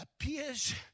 appears